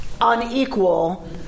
unequal